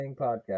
podcast